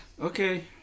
Okay